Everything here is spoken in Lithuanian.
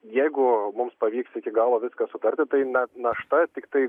jeigu mums pavyks iki galo viskas sutarti tai na našta tiktai